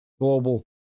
global